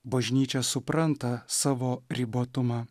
bažnyčia supranta savo ribotumą